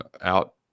out